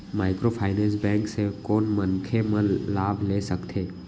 Microfinance bank से कोन मनखे मन लाभ ले सकथे?